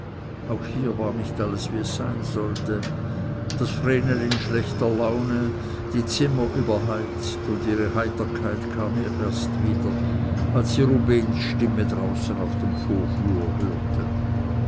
auch hier war nicht alles wie es sein sollte das vrenel in schlechter laune die zimmer überheizt und ihre heiterkeit kam erst wieder als sie rubehns stimme draußen auf dem vorflur hörte